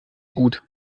gut